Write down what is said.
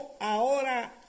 ahora